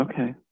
Okay